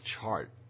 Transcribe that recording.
chart